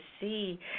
see